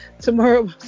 Tomorrow